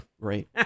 Right